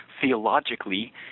theologically